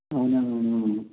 అవునా మేడం